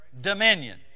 dominion